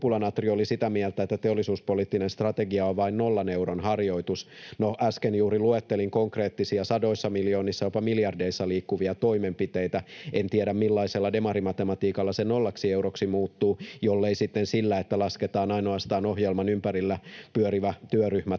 Kumpula-Natri oli sitä mieltä, että teollisuuspoliittinen strategia on vain nollan euron harjoitus. No, äsken juuri luettelin konkreettisia sadoissa miljoonissa ja jopa miljardeissa liikkuvia toimenpiteitä. En tiedä, millaisella demarimatematiikalla se nollaksi euroksi muuttuu, jollei sitten sillä, että lasketaan sellaiseksi ainoastaan ohjelman ympärillä pyörivä työryhmä